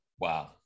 Wow